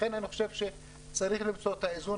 לכן אני חושב שצריך למצוא את האיזון